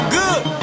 good